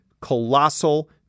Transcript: colossal